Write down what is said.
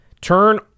turn